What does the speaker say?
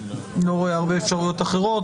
לא רואה הרבה אפשרויות אחרות.